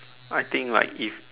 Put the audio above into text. I think like if